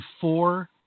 four